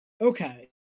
Okay